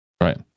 Right